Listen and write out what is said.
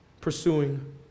pursuing